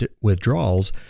withdrawals